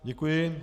Děkuji.